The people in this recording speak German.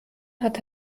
hat